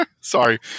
sorry